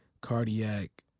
Cardiac